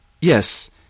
Yes